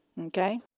Okay